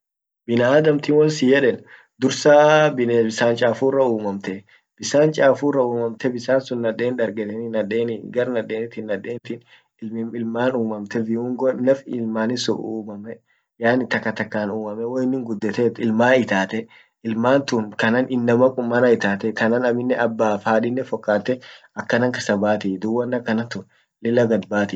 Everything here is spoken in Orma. binadamtin wan siyeden dursaah bines bisan chafurra ummamte, bisan chafura ummamte bisan naden dargeteni ,nadeni gar nadenitin nadentin ilman umamte, viungo naf ilmanin sun umamte, yaani takatakan umame, wainin gudetet ilman itate, ilmantun kanan inama kummanah itate tanan aminen abbaf hadinen fokate, akanan kasa bati dub wan akanantun lila gadbatih.